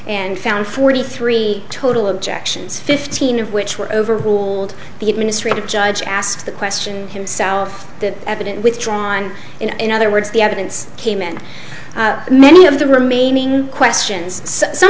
and found forty three total objections fifteen of which were overruled the administrative judge asked the question south that evidence withdrawn in other words the evidence came in many of the remaining questions some